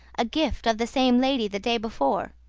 a gift of the same lady the day before,